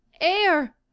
air